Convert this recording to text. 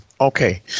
Okay